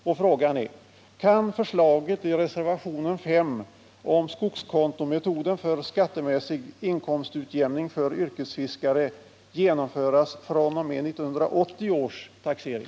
Min fråga lyder: Kan förslaget i reservationen 5 om skogskontometoden för skattemässig inkomstutjämning för yrkesfiskare genomföras fr.o.m. 1980 års taxering?